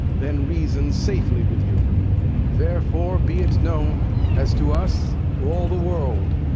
then reason safely with you therefore be it known, as to us, to all the world,